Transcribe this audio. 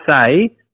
say